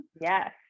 Yes